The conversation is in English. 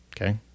okay